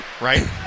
right